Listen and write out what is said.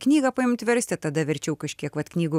knygą paimt versti tada verčiau kažkiek vat knygų